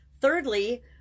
thirdly